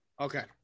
Okay